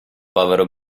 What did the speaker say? povero